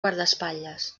guardaespatlles